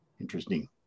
interesting